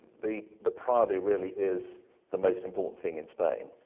the the prado really is the most important thing in spain.